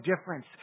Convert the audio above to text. difference